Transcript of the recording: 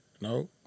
no